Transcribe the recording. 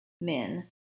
men